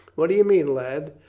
what do you mean, lad?